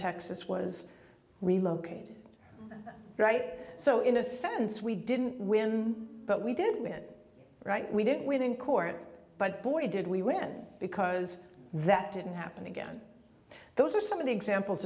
texas was relocated great so in a sense we didn't win but we didn't mean it right we didn't win in court but boy did we win because that didn't happen again those are some of the examples